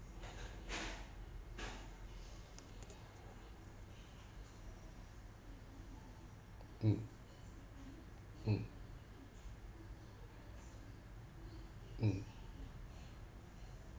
mm mm mm